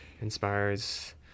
inspires